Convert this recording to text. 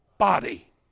Body